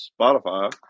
Spotify